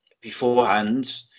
beforehand